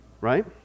right